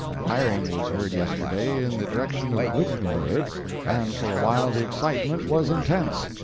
firing was heard yesterday in the direction of blucherberg, and for a while the excitement was intense.